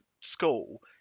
school